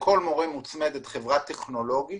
לכל מורה מוצמדת חברה טכנולוגית